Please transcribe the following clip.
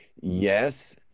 yes